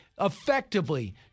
effectively